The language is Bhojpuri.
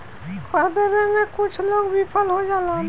कर देबे में कुछ लोग विफल हो जालन